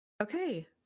Okay